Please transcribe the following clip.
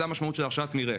זו המשמעות של הרשאת מרעה.